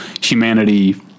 humanity